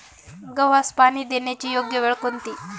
गव्हास पाणी देण्याची योग्य वेळ कोणती?